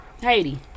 Haiti